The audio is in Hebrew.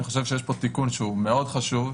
אני חושב שיש כאן תיקון שהוא מאוד חשוב,